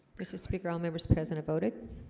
mr. speaker all members present a voting